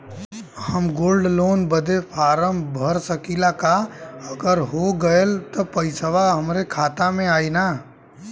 हम gold loan बड़े form भर सकी ला का अगर हो गैल त पेसवा हमरे खतवा में आई ना?